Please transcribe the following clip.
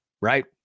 Right